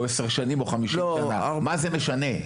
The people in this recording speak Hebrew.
עשר שנים או 50 שנה מה זה משנה?